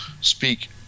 speak